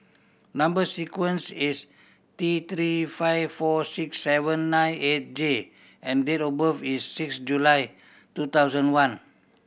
number sequence is T Three five four six seven nine eight J and date of birth is six July two thousand one